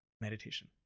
meditation